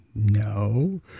No